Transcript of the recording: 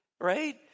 Right